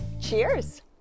Cheers